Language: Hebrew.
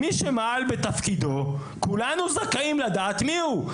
מי שמעל בתפקידו כולנו זכאים לדעת מי הוא.